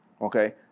Okay